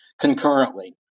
concurrently